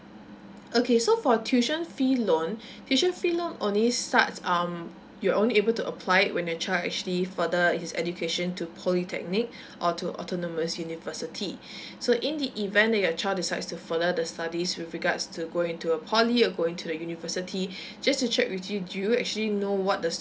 okay so for tuition fee loan tuition fee loan only starts um you're only able to apply it when your child actually futher his education to polytechnic or to autonomous university so in the event that your child decides to further the studies with regards to go into a poly or going to the university just to check with you do you actually know what the